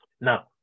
Now